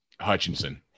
Hutchinson